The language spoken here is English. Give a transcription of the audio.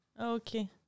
Okay